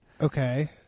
Okay